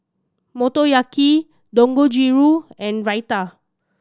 Motoyaki Dangojiru and Raita